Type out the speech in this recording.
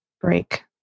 break